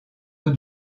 eaux